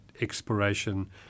exploration